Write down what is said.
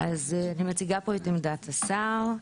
אני מציגה פה את עמדת השר.